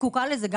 זקוקה לזה,